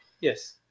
Yes